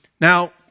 Now